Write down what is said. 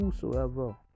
Whosoever